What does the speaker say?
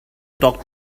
talk